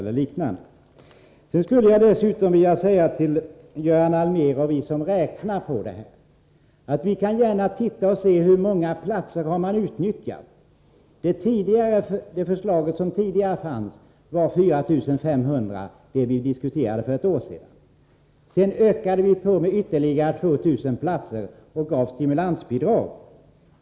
Sedan skulle jag till Göran Allmér och andra som räknar på det här vilja säga följande. Låt oss se på hur många platser som utnyttjas. Det förslag som vi diskuterade för ett år sedan gällde 4 500 platser. Sedan ökade vi på med ytterligare 2 000 platser och gav stimulansbidrag.